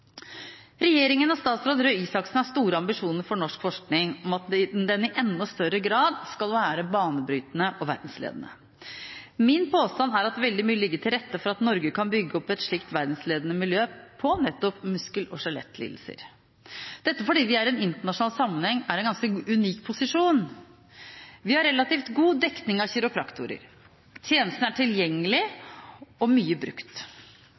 Regjeringen og statsråd Røe Isaksen har store ambisjoner for norsk forskning om at den i enda større grad skal være banebrytende og verdensledende. Min påstand er at veldig mye ligger til rette for at Norge kan bygge opp et verdensledende miljø på nettopp muskel- og skjelettlidelser – dette fordi vi i internasjonal sammenheng er i en ganske unik posisjon. Vi har relativt god dekning av kiropraktorer, tjenesten er tilgjengelig og mye brukt,